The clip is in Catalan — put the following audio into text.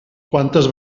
quantes